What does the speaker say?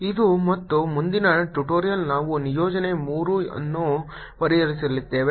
ಇದು ಮತ್ತು ಮುಂದಿನ ಟ್ಯುಟೋರಿಯಲ್ ನಾವು ನಿಯೋಜನೆ ಮೂರು ಅನ್ನು ಪರಿಹರಿಸಲಿದ್ದೇವೆ